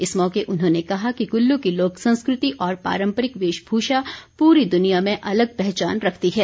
इस मौके उन्होंने कहा कि कुल्लू की लोक संस्कृति और पारम्परिक वेशभूषा पूरी दुनिया में अलग पहचान रखती है